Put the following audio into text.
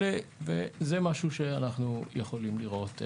אלה וזה משהו שאנחנו יכולים לראות,